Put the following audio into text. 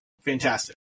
Fantastic